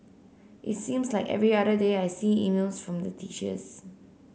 it seems like every other day I see emails from the teachers